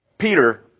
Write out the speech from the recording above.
Peter